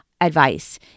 advice